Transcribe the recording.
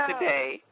today